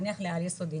נניח לעל יסודי,